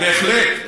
בהחלט.